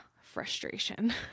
frustration